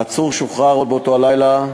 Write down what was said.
העצור שוחרר עוד באותה הלילה,